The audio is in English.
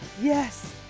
Yes